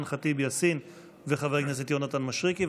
ח'טיב יאסין וחבר הכנסת יונתן מישרקי.